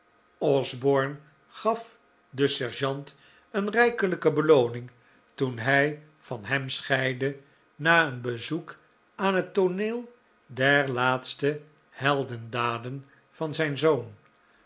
osborne gaf den sergeant een rijkelijke belooning toen hij van hem scheidde na een bezoek aan het tooneel der laatste heldendaden van zijn zoon